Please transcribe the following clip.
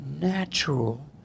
natural